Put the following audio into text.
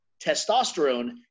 Testosterone